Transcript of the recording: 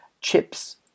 chips